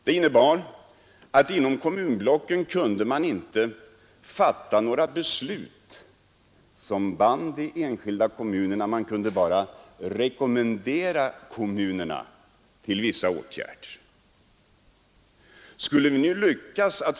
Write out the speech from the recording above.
Det innebar att inom kommunblocken kunde man inte fatta några beslut som band de enskilda kommunerna; man kunde bara rekommendera kommunerna att vidta vissa åtgärder.